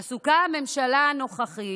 עסוקה הממשלה הנוכחית,